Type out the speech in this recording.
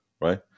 right